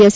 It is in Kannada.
ಎಸ್